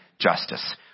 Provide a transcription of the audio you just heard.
justice